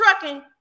trucking